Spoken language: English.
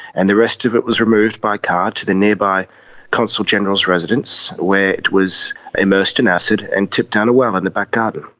and the rest of it was removed by car to the nearby consul general's residence where it was immersed in acid and tipped down a well in the back garden.